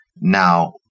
now